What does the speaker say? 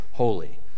Holy